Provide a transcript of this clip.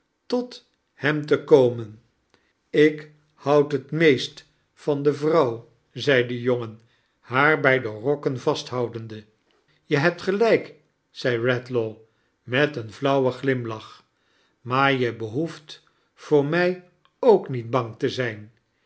tot hem te komein ik houd het meest van de vrouw zei de jongen haar bij de rokken vasthoudende je hebt gelijk zei redlaw met een flauwen glimlaoh maar je behoeft voor mij ook niet bang te zijn